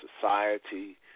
society